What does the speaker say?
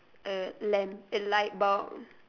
uh lamp eh light bulb